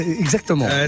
Exactement